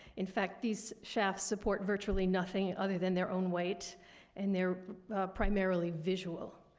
in fact, these shafts support virtually nothing other than their own weight and they're primarily visual.